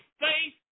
faith